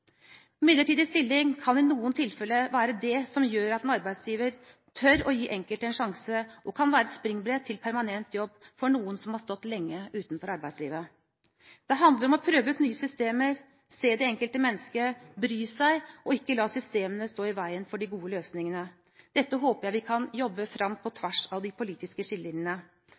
midlertidig stilling kan i noen tilfeller være det som gjør at en arbeidsgiver tør å gi enkelte en sjanse, og kan være et springbrett til permanent jobb for noen som har stått lenge utenfor arbeidslivet. Det handler om å prøve ut nye systemer, se det enkelte mennesket, bry seg og ikke la systemene stå i veien for de gode løsningene. Dette håper jeg vi kan jobbe fram på tvers av de politiske skillelinjene.